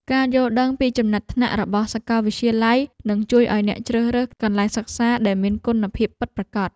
ការយល់ដឹងពីចំណាត់ថ្នាក់របស់សាកលវិទ្យាល័យនឹងជួយឱ្យអ្នកជ្រើសរើសកន្លែងសិក្សាដែលមានគុណភាពពិតប្រាកដ។